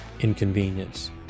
inconvenience